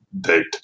date